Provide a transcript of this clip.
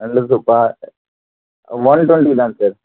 நண்டு சூப்பா ஒன் டொண்ட்டிதான் சார்